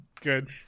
Good